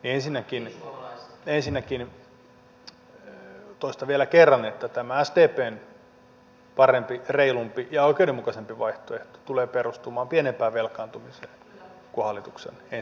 ensinnäkin toistan vielä kerran että tämä sdpn parempi reilumpi ja oikeudenmukaisempi vaihtoehto tulee perustumaan pienempään velkaantumiseen kuin hallituksen ensi vuonna